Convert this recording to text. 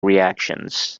reactions